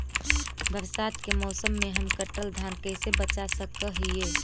बरसात के मौसम में हम कटल धान कैसे बचा सक हिय?